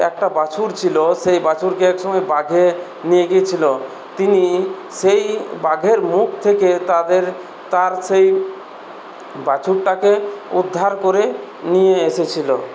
একটা বাছুর ছিল সেই বাছুরকে এক সময় বাঘে নিয়ে গিয়েছিল তিনি সেই বাঘের মুখ থেকে তাঁদের তাঁর সেই বাছুরটাকে উদ্ধার করে নিয়ে এসেছিল